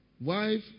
wife